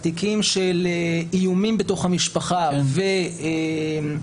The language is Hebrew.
התיקים של איומים בתוך המשפחה ועבירות